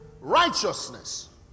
righteousness